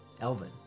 Elvin